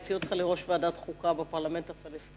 נציע אותך לראש ועדת חוקה בפרלמנט הפלסטיני.